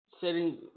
setting